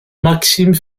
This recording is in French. maxime